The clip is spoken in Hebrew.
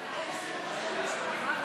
ההצבעה: בעד,